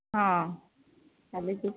ହଁ କାଲି